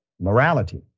morality